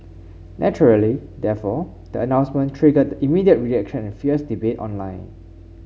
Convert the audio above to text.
naturally therefore the announcement triggered immediate reaction and fierce debate online